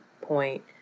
point